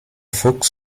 fuchs